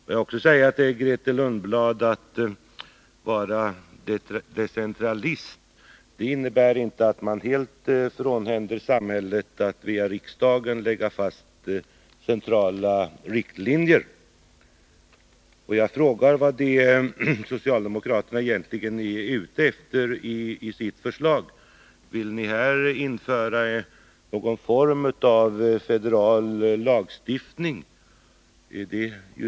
Låt mig också säga till Grethe Lundblad: Att vara decentralist innebär inte att man helt frånhänder samhället möjligheterna att via riksdagen lägga fast centrala riktlinjer. Jag frågar mig vad socialdemokraterna egentligen är ute efter i sitt förslag. Vill ni här införa någon form av federal lagstiftning?